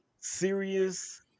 serious